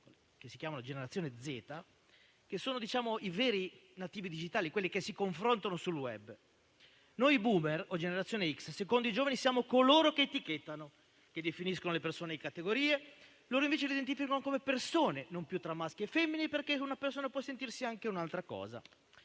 che si chiamano generazione Z, che sono i veri nativi digitali, quelli che si confrontano sul *web*. Noi *boomer* o generazione X, secondo i giovani, siamo coloro che etichettano, che definiscono le persone in categorie; loro invece le identificano come persone, non più tra maschi e femmine perché una persona può sentirsi anche un'altra cosa.